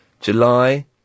July